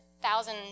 thousand